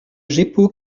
jeppo